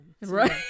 Right